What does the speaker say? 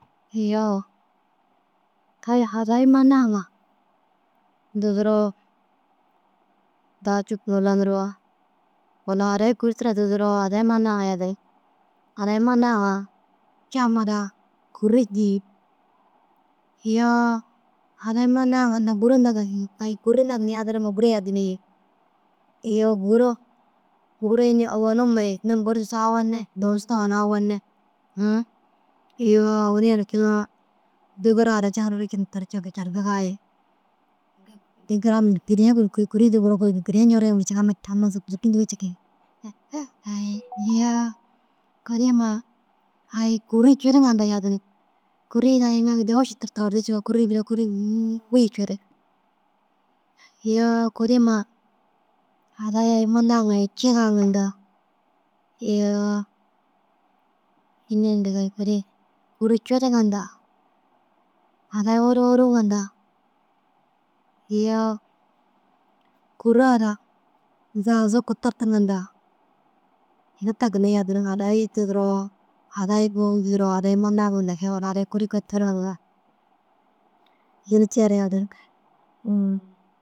Iyoo kôi hadayi manaa ŋa duduroo daha cuk-ŋur laniroo walla hadayi kuri tira duduroo hadayi manaa ŋa yadinig. Hadayi manaa ŋa ca ma daha kûrra dîi. Iyoo hadayi manaa ŋa Gûro yadinii yii. Iyoo Gûro înni? Owonu ma ye yim guru tigisoo owone duũsu tuguhoo na owone. ŨŨ iyoo owonni ini keegaa gigira ara Cad ru hircintu carkiga ye kîriya njoordiya gura amma zikzikindiga ciki. Huuhuhoo hiiyoo kuri ma ai kuri ciriŋa yadin gideru iŋa bîroo yîîîî yîî cirig iyoo kurima hadayi ai mũnda ŋa nciraŋa nta iyoo înni yindi kuri kûri ciriŋa nta hadayi ôroro ŋa nta iyoo kûra ara zaga zuku turtuŋa nta ina ta ginna yadinig hadayi te duro hadayi manayiŋa kee walla hadayi kuri kota lau ini te re yadinig ũũ.